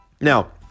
Now